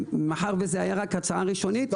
מאחר שזה היה רק הצעה ראשונית- - אתה